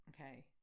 Okay